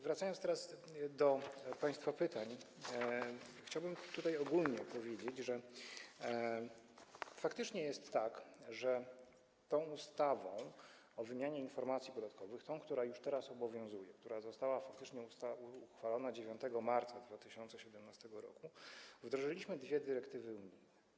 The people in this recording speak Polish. Wracając teraz do państwa pytań, chciałbym ogólnie powiedzieć, że faktycznie jest tak, że tą ustawą o wymianie informacji podatkowych, która już teraz obowiązuje, która została faktycznie uchwalona 9 marca 2017 r., wdrożyliśmy dwie dyrektywy unijne.